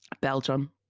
Belgium